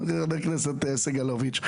אדוני חבר הכנסת סגלוביץ',